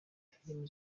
filimi